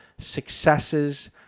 successes